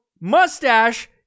mustache